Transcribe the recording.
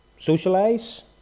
Socialize